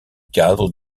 cadre